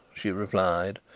she replied.